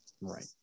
Right